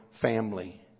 family